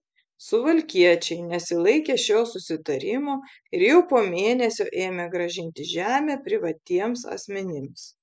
suvalkiečiai nesilaikė šio susitarimo ir jau po mėnesio ėmė grąžinti žemę privatiems asmenims